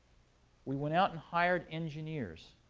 we went out and hired engineers.